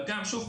אבל שוב,